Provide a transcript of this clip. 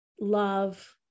love